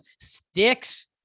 sticks